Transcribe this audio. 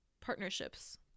partnerships